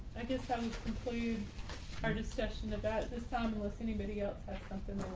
i guess i'm conclude our discussion about this time listening video has something